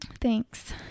Thanks